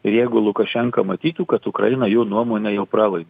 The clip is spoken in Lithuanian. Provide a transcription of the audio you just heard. ir jeigu lukašenka matytų kad ukraina jo nuomone jau pralaimi